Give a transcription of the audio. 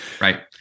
Right